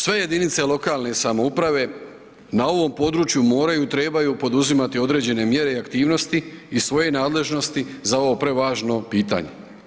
Sve jedinice lokalne samouprave na ovom području moraju i trebaju poduzimati određene mjere i aktivnosti iz svoje nadležnosti za ovo prevažno pitanje.